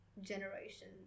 generation